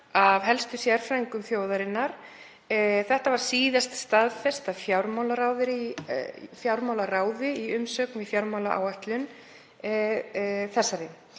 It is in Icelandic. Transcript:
af helstu sérfræðingum þjóðarinnar. Þetta var síðast staðfest af fjármálaráði í umsögn um fjármálaáætlun þessa